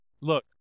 Look